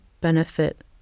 benefit